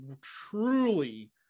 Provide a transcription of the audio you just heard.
truly